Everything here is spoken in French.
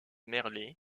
merlet